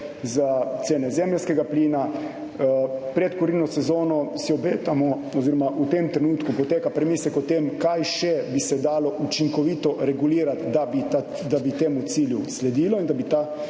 in cen zemeljskega plina. Pred kurilno sezono si obetamo oziroma v tem trenutku poteka premislek o tem, kaj še bi se dalo učinkovito regulirati, da bi temu cilju sledili in da bi ga,